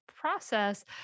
process